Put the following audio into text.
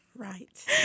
Right